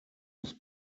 was